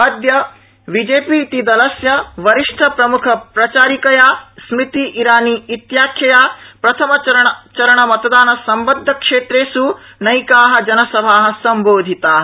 अद्य बीजेपी इति दलस्य वरिष्ठ प्रमुख प्रचारिकया स्मृति ईरानी इत्याख्यया प्रथमचरणमतदान संबद्धक्षेष् नैका जनसभा सम्बोधिता